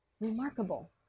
Remarkable